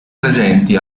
presenti